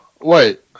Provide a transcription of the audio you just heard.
wait